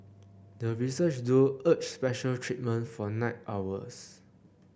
the research duo urged special treatment for night owls